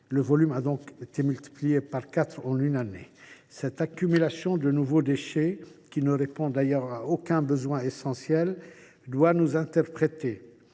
Le volume a donc été multiplié par quatre en une année. Cette accumulation de nouveaux déchets, qui ne répond à aucun besoin essentiel, doit nous interpeller.